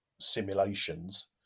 Simulations